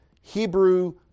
Hebrew